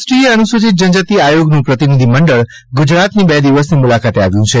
રાષ્ટ્રીય અનુસૂચિત જનજાતિ આયોગનું પ્રતિનિધિ મંડળ ગુજરાતની બે દિવસની મુલાકાતે આવ્યું છે